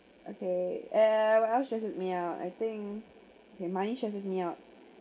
okay eh what else stresses me out I think okay money stresses me out